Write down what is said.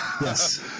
Yes